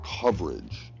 coverage